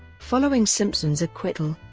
following simpson's acquittal,